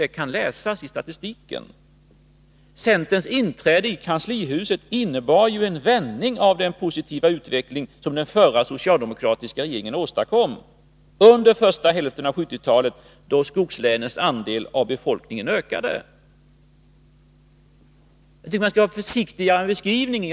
Detta kan läsas i statistiken. Centerns inträde i kanslihuset innebar en vändning av den positiva utveckling som den förra socialdemokratiska regeringen åstadkom under första hälften av 1970-talet, då skogslänens andel av befolkningen ökade. Jag tycker att man skall vara försiktigare i beskrivningen.